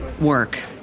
work